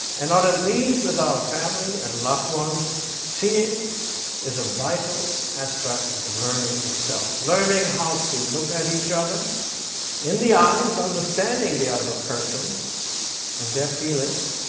and not at least with our family and loved ones. seeing is a vital aspect of learning itself, learning how to look at each other in the eyes, understanding the other person and their feelings,